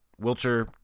Wiltshire –